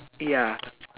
ya